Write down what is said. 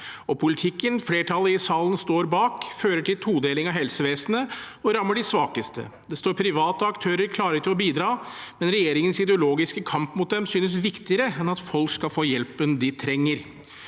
og politikken flertallet i salen står bak, fører til todeling av helsevesenet og rammer de svakeste. Det står private aktører klare til å bidra, men regjeringens ideologiske kamp mot dem synes viktigere enn at folk skal få hjelpen de trenger.